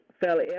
fell